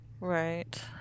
Right